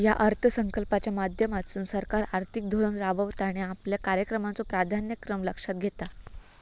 या अर्थसंकल्पाच्या माध्यमातसून सरकार आर्थिक धोरण राबवता आणि आपल्या कार्यक्रमाचो प्राधान्यक्रम लक्षात घेता